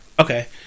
Okay